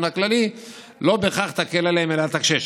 הכללי לא בהכרח תקל אליהם אלא תקשה,